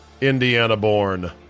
Indiana-born